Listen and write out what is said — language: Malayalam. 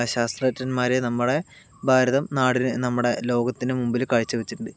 ശാസ്ത്രജ്ഞന്മാരെ നമ്മുടെ ഭാരതം നാടിനു നമ്മുടെ ലോകത്തിനു മുമ്പില് കാഴ്ച വെച്ചിട്ടുണ്ട്